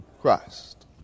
Christ